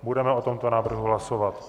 Budeme o tomto návrhu hlasovat.